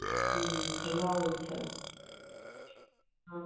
ꯎꯝ ꯈꯣꯡꯒ꯭ꯔꯥꯎ ꯑꯣꯏꯅ ꯁꯦꯠꯂꯣ ꯑ